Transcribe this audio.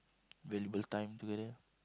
valuable time together